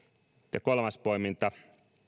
ja kolmas poiminta